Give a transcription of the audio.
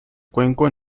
cuenco